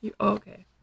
Okay